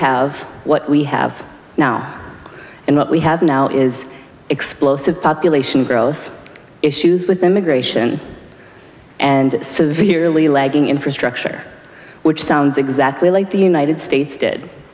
have what we have now and what we have now is explosive population growth issues with immigration and severely lagging infrastructure which sounds exactly like the united states did